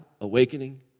awakening